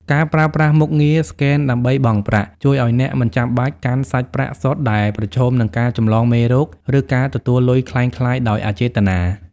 ការប្រើប្រាស់មុខងារ ស្កែនដើម្បីបង់ប្រាក់ ជួយឱ្យអ្នកមិនចាំបាច់កាន់សាច់ប្រាក់សុទ្ធដែលប្រឈមនឹងការចម្លងមេរោគ ឬការទទួលលុយក្លែងក្លាយដោយអចេតនា។